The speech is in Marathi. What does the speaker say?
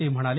ते म्हणाले